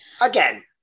Again